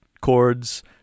chords